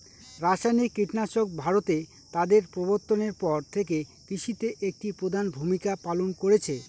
রাসায়নিক কীটনাশক ভারতে তাদের প্রবর্তনের পর থেকে কৃষিতে একটি প্রধান ভূমিকা পালন করেছে